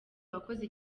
wakoze